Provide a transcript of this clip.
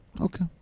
okay